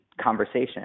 conversation